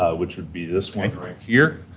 ah which would be this one right here,